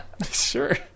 Sure